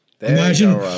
Imagine